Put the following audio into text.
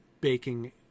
baking